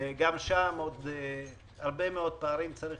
גם שם צריך לסגור הרבה פערים.